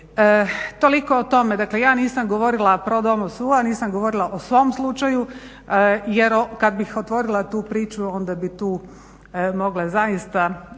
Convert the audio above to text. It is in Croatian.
Toliko o tome. Dakle ja nisam govorila pro domo sua, a nisam govorila o svom slučaju jer kada bih otvorila tu priču onda bi tu mogla